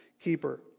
keeper